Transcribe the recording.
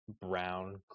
Brown